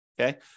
Okay